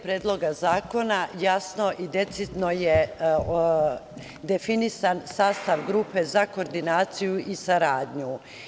Predloga zakona jasno i decidno je definisan sastav Grupe za koordinaciju i saradnju.